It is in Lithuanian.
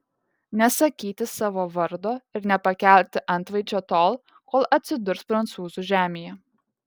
nesakyti savo vardo ir nepakelti antveidžio tol kol atsidurs prancūzų žemėje